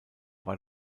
war